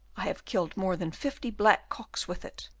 i have killed more than fifty black cocks with it,